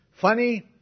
funny